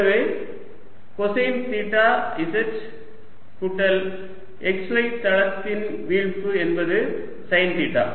எனவே cosine theta z கூட்டல் xy தளத்தில் வீழ்ப்பு என்பது சைன் தீட்டா